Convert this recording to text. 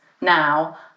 Now